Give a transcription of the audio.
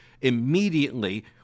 immediately